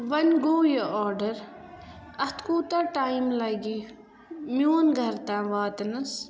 وَۄنۍ گوٚو یہٕ آرڈَر اَتھ کوٗتاہ ٹایِم لَگہِ میون گَر تام واتنَس